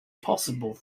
possible